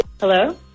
Hello